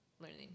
learning